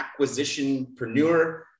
Acquisitionpreneur